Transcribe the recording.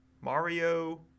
Mario